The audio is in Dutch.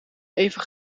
even